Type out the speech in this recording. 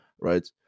right